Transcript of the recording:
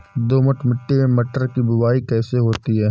दोमट मिट्टी में मटर की बुवाई कैसे होती है?